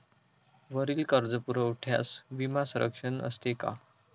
वरील कर्जपुरवठ्यास विमा संरक्षण असते का?